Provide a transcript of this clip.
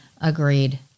Agreed